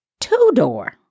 two-door